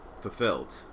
fulfilled